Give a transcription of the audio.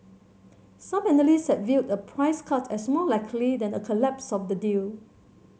some analyst had viewed a price cut as more likely than a collapse of the deal